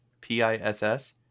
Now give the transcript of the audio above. P-I-S-S